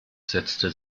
setzte